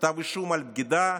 כתב אישום על בגידה?